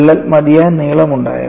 വിള്ളൽ മതിയായ നീളമുണ്ടായിരുന്നു